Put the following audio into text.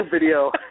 video